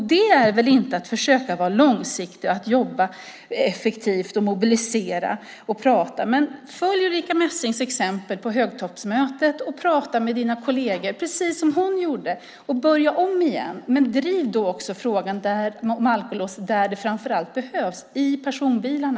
Det är väl inte att försöka vara långsiktig, jobba effektivt, mobilisera och prata. Följ Ulrica Messings exempel på högtoppsmötet, tala med dina kolleger precis som hon gjorde och börja om igen. Driv då också frågan om alkolås där de framför allt behövs, nämligen i personbilarna!